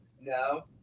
No